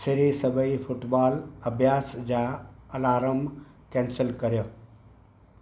सिरी सभई फुटबॉल अभ्यासु जा अलार्म कैंसिल करियो